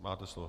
Máte slovo.